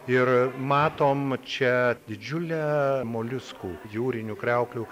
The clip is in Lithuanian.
ir matom čia didžiulę moliuskų jūrinių kriauklių